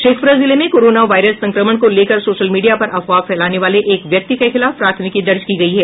शेखपुरा जिले में corona virus संक्रमण को लेकर सोशल मीडिया पर अफवाह फैलाने वाले एक व्यक्ति के खिलाफ प्राथमिकी दर्ज की गयी है